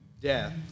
death